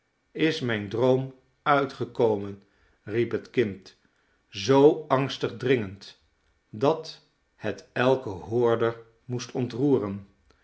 is mijn droom uitgekomen riep het kind zoo angstig dringend dat het elken hoorder moest ontroeren